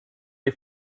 die